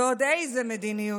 ועוד איזה מדיניות: